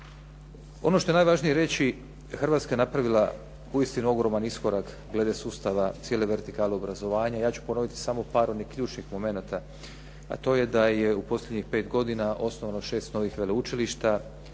Ono što je najvažnije reći, Hrvatska je napravila uistinu ogroman iskorak glede sustava cijele vertikale obrazovanja. Ja ću ponoviti samo par onih ključnih momenata, a to je da je u posljednjih pet godina osnovano šest novih veleučilišta,